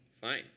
fine